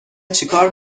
چیکار